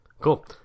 Cool